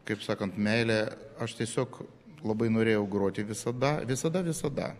kaip sakant meilė aš tiesiog labai norėjau groti visada visada visada